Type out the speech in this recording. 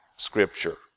Scripture